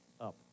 up